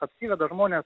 apsiveda žmonės